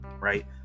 right